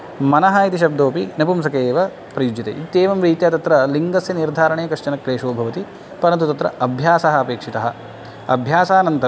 मनः इति शब्दोपि नपुंसके एव प्रयुज्यते इत्येवं रीत्या तत्र लिङ्गस्य निर्धारणे कश्चन क्लेशो भवति परन्तु तत्र अभ्यासः अपेक्षितः अभ्यासानन्तरम्